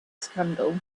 scandal